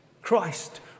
Christ